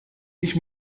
ich